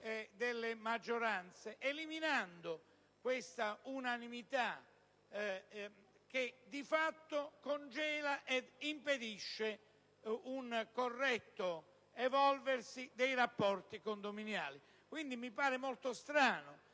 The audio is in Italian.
delle maggioranze, eliminando l'unanimità, che di fatto congela e impedisce un corretto evolversi dei rapporti condominiali. Mi pare strano